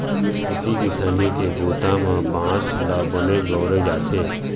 खेती किसानी के बूता म बांस ल बनेच बउरे जाथे